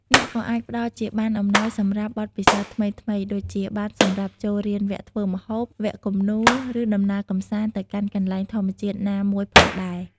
អ្នកក៏អាចផ្តល់ជាប័ណ្ណអំណោយសម្រាប់បទពិសោធន៍ថ្មីៗ ដូចជា ប័ណ្ណសម្រាប់ចូលរៀនវគ្គធ្វើម្ហូប វគ្គគំនូរ ឬដំណើរកម្សាន្តទៅកាន់កន្លែងធម្មជាតិណាមួយផងដែរ។